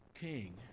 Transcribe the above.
king